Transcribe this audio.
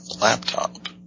laptop